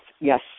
yes